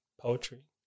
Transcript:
poetry